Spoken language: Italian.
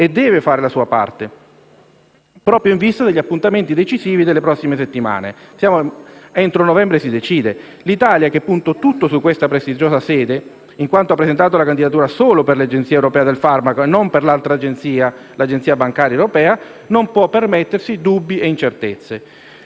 e deve fare la sua parte, proprio in vista degli appuntamenti decisivi delle prossime settimane. Entro novembre si decide e l'Italia, che punta tutto su questa prestigiosa sede, in quanto ha presentato la candidatura solo per l'Agenzia europea del farmaco e non per l'altra agenzia (l'Agenzia bancaria europea), non può permettersi dubbi e incertezze.